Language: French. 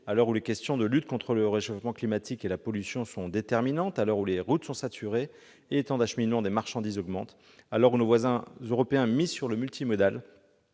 À l'heure où les questions de lutte contre le réchauffement climatique et la pollution sont déterminantes, à l'heure où les routes sont saturées et où les temps d'acheminement des marchandises augmentent, à l'heure où nos voisins européens misent sur le multimodal,